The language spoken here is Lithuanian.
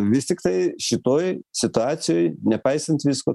vis tiktai šitoj situacijoj nepaisant visko